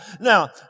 Now